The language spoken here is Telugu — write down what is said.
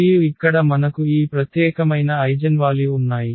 మరియు ఇక్కడ మనకు ఈ ప్రత్యేకమైన ఐగెన్వాల్యు ఉన్నాయి